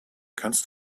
kannst